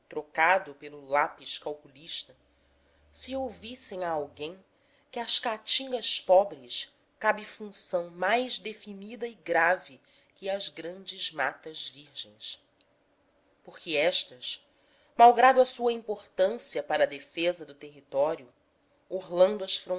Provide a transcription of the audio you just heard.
trocado pelo lápis calculista se ouvissem a alguém que às caatingas pobres cabe função mais definida e grave que às grandes matas virgens porque estas malgrado a sua importância para a defesa do território orlando as